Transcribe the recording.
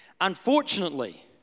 Unfortunately